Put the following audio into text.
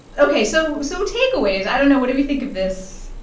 ok, so so takeaways. i don't know. what do we think of this?